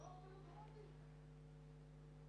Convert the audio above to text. מכיוון שלא יודעים בדיוק